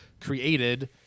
created